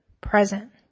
present